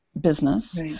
business